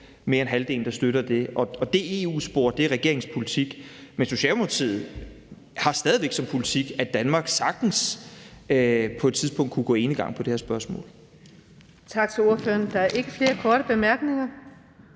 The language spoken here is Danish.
mere end halvdelen, der støtter det. Det EU-spor er regeringens politik, men Socialdemokratiet har stadig væk som politik, at Danmark sagtens på et tidspunkt kunne gå enegang på det her spørgsmål. Kl. 15:26 Den fg. formand (Birgitte